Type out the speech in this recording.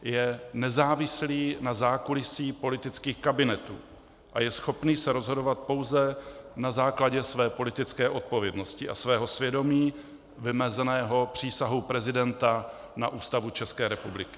Je nezávislý na zákulisí politických kabinetů a je schopný se rozhodovat pouze na základě své politické odpovědnosti a svého svědomí vymezeného přísahou prezidenta na Ústavu České republiky.